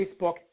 Facebook